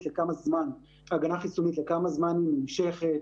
לכמה זמן היא נמשכת,